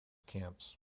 camps